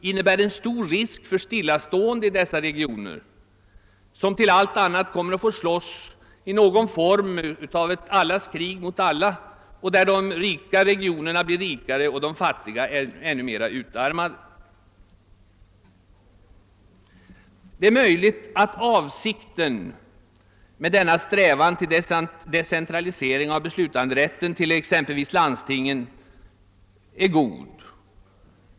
innebär en stor risk för stillastående i dessa regioner, vilka till allt annat kommer att få utkämpa någon form av allas krig mot alla, där de rika regionerna blir rikare och de fattiga ännu mer utarmade. Det är möjligt att avsikten med denna strävan till decentralisering av beslutanderätten till exempelvis landstingen är god.